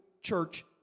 church